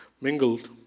mingled